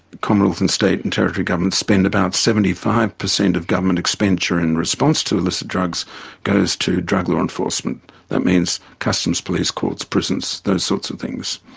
commonwealth and state and territory governments spend about seventy five per cent of government expenditure in response to illicit drugs goes to drug law enforcement that means customs, police, courts, prisons, those sorts of things.